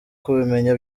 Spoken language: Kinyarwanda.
kubimenya